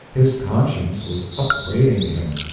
his conscience was upbraiding him.